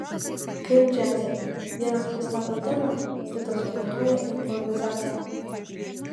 kaip džiaze vienas pristato temą kitas plėtoja improvizaciją